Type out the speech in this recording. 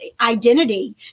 identity